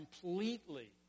completely